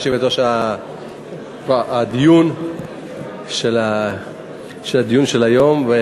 יושבת-ראש הדיון של היום.